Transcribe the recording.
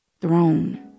throne